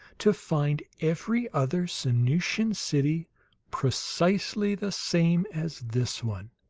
to find every other sanusian city precisely the same as this one.